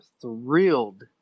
thrilled